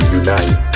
unite